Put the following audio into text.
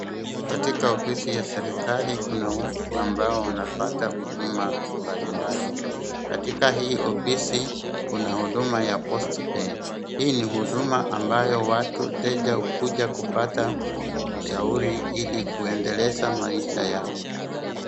Katika ofisi ya serikali kuna watu ambao wanapata huduma mbalimbali. Katika hii ofisi kuna huduma ya post pay . Hii ni huduma ambayo watu, wateja ukuja kupata ushauri ili kuedeleza maisha yao.